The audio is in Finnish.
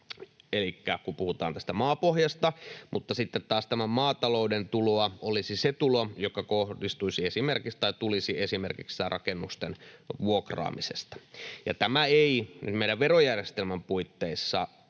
elikkä kun puhutaan tästä maapohjasta — mutta sitten taas tämän maatalouden tuloa olisi se tulo, joka tulisi esimerkiksi siitä rakennusten vuokraamisesta, ja tämä ei nyt meidän verojärjestelmän puitteissa